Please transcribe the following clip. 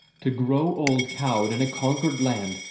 to grow old cowed in a conquered land,